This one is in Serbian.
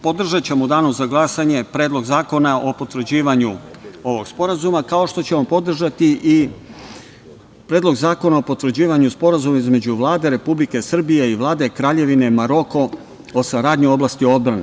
Podržaćemo u danu za glasanje Predlog zakona o potvrđivanju ovog sporazuma, kao što ćemo podržati i Predlog zakona o potvrđivanju Sporazuma između Vlade Republike Srbije i Vlade Kraljevine Maroko o saradnji u oblasti odbrane.